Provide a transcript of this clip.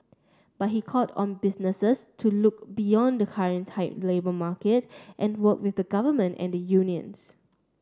but he called on businesses to look beyond the current tight labour market and work with the government and unions